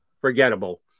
forgettable